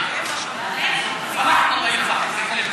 שעה)